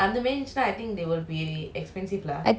I think now that's why they still haven't open lah maybe